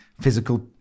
physical